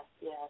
yes